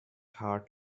heart